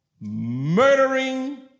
murdering